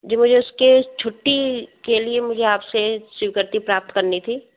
जी मुझे उसकी छुट्टी के लिए मुझे आप से स्वीकृति प्राप्त करनी थी